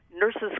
nurse's